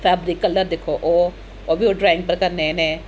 fabric colour दिक्खो ओह् ओह् बी ओह् ड्राइंग उप्पर करने इ'नें